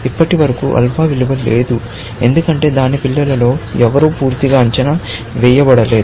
ఇప్పటివరకు ఆల్ఫా విలువ లేదు ఎందుకంటే దాని పిల్లలలో ఎవరూ పూర్తిగా అంచనా వేయబడలేదు